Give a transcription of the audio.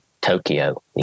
Tokyo